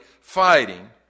fighting